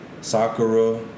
Sakura